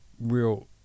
real